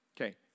Okay